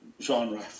genre